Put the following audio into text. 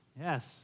Yes